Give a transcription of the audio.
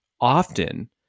often